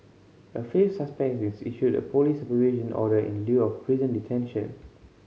a fifth suspect issued a police supervision order in lieu of prison detention